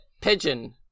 pigeon